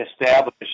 establish